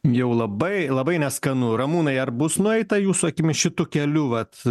jau labai labai neskanu ramūnai ar bus nueita jūsų akimis šitu keliu vat